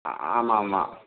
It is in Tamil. ஆமாம் ஆமாம்